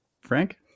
Frank